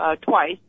twice